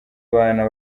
abana